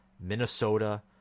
Minnesota